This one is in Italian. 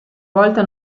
volta